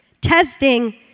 Testing